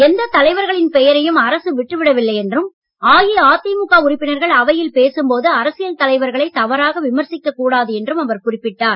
எந்த தலைவர்களின் பெயரையும் அரசு விட்டுவிடவில்லை என்றும் அஇஅதிமுக உறுப்பினர்கள் அவையில் பேசும்போது அரசியல் தலைவர்களை தவறாக விமர்சிக்க கூடாது என்றும் அவர் குறிப்பிட்டார்